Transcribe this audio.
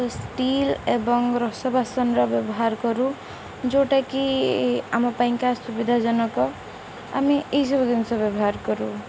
steel ଏବଂ ରସ ବାସନର ବ୍ୟବହାର କରୁ ଯେଉଁଟାକି ଆମ ପାଇଁକା ସୁୁବିଧାଜନକ ଆମେ ଏଇସବୁ ଜିନିଷ ବ୍ୟବହାର କରୁ